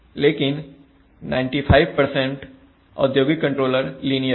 लेकिन 95 औद्योगिक controller linear है